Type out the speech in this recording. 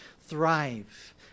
thrive